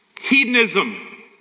Hedonism